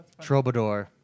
Trobador